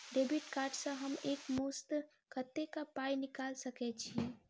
Debit card सँ हम एक मुस्त कत्तेक पाई निकाल सकय छी?